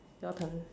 your turn